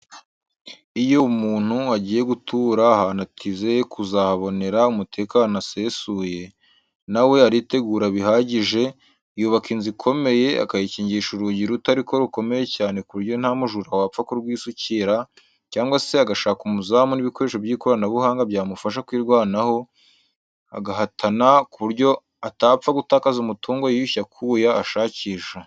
Iyo umuntu agiye gutura ahantu atizeye kuzahabonera umutekano usesuye, na we aritegura bihagije, yubaka inzu ikomeye, akayikingisha urugi ruto ariko rukomeye cyane ku buryo nta mujura wapfa kurwisukira, cyangwa se agashaka umuzamu n'ibikoresho by'ikoranabuhanga byamufasha kwirwanaho, agahatana ku buryo atapfa gutakaza umutungo yiyushye akuya ashakisha.